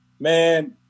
Man